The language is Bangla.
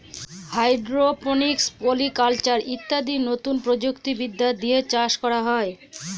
হাইড্রোপনিক্স, পলি কালচার ইত্যাদি নতুন প্রযুক্তি বিদ্যা দিয়ে চাষ করা হয়